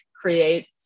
creates